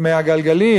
אני אסע בקל וחומר.